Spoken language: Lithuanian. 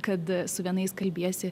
kad su vienais kalbiesi